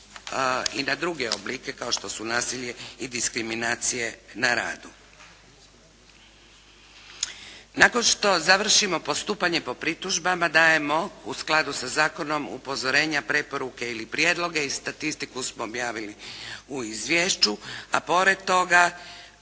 i na druge oblike kao što su nasilje i diskriminacije na radu. Nakon što završimo postupanje po pritužbama dajemo u skladu sa zakonom upozorenja, preporuke ili prijedloge i statistiku smo objavili u izvješću a pored toga